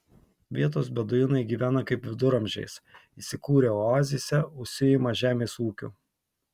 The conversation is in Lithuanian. vietos beduinai gyvena kaip viduramžiais įsikūrę oazėse užsiima žemės ūkiu